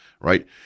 right